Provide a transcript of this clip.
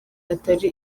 atari